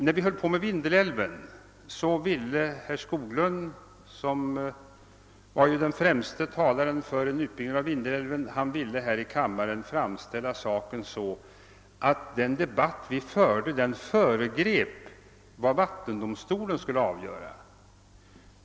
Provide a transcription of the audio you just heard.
När vi debatterade Vindelälven ville herr Skoglund, som ju var den främste förespråkaren för en utbyggnad, framställa saken så att den debatt vi förde föregrep vad vattendomstolen skulle avgöra.